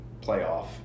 playoff